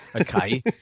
okay